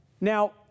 Now